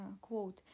quote